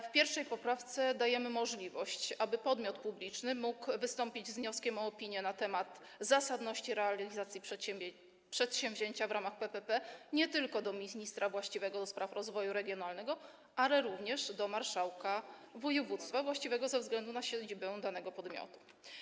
W 1. poprawce dajemy możliwość, aby podmiot publiczny mógł wystąpić z wnioskiem o opinię na temat zasadności realizacji przedsięwzięcia w ramach PPP nie tylko do ministra właściwego do spraw rozwoju regionalnego, ale również do marszałka województwa właściwego ze względu na siedzibę danego podmiotu.